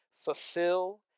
Fulfill